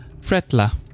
Fretla